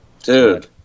Dude